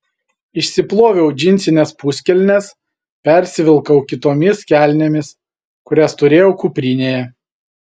išsiploviau džinsines puskelnes persivilkau kitomis kelnėmis kurias turėjau kuprinėje